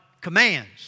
commands